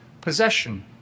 possession